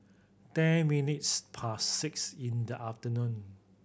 ten minutes past six in the afternoon